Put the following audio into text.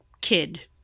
kid